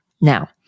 Now